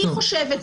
אני חושבת,